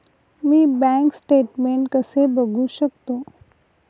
मी bank statement कसे बघू शकतो?